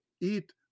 eat